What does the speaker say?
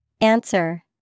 Answer